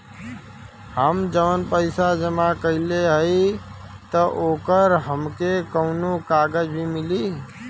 हम जवन पैसा जमा कइले हई त ओकर हमके कौनो कागज भी मिली?